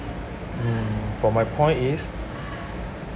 mm but my point is